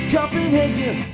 Copenhagen